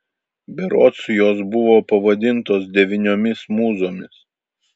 berods jos buvo pavadintos devyniomis mūzomis